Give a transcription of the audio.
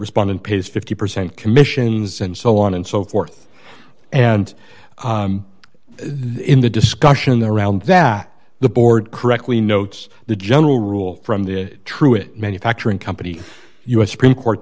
respondent pays fifty percent commissions and so on and so forth and then the discussion around that the board correctly notes the general rule from the true it manufacturing company the us supreme court